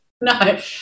No